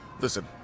listen